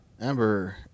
Amber